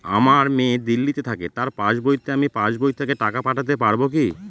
আমার মেয়ে দিল্লীতে থাকে তার পাসবইতে আমি পাসবই থেকে টাকা পাঠাতে পারব কি?